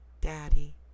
daddy